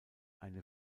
eine